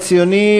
שמולי,